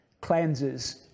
cleanses